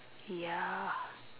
ya